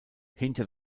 hinter